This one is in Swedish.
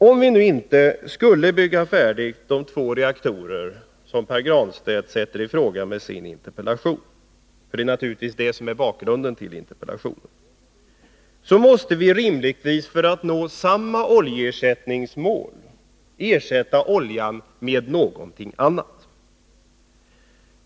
Om vi nu inte skulle bygga färdigt de två reaktorer som Pär Granstedt med sin interpellation vill ifrågasätta — det är naturligtvis det som är bakgrunden till interpellationen — måste vi rimligtvis för att nå samma oljeersättningsmål ersätta oljan med någonting annat.